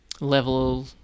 level